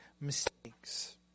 mistakes